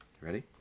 Ready